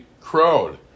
crowd